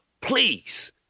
Please